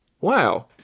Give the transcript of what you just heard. wow